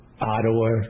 Ottawa